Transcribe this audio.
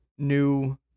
New